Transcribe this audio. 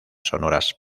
sonoras